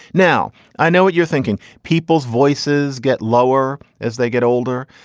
now i know what you're thinking. people's voices get lower as they get older.